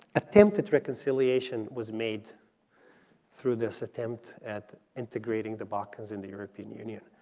attempt at reconciliation was made through this attempt at integrating the balkans in the european union.